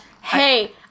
hey